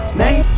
name